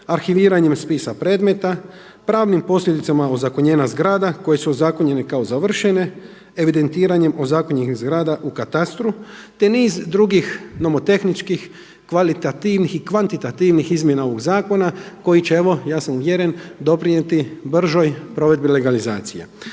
arhiviranjem spisa predmeta, pravnim posljedicama ozakonjenja zgrada koje su ozakonjene kao završene, evidentiranjem ozakonjenih zgrada u katastru te niz drugih nomotehničkih, kvalitativnih i kvantitativnih izmjena ovoga zakona koji će evo ja sam uvjeren doprinijeti bržoj provedbi legalizacije.